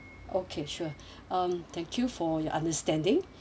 okay sure um thank you for your understanding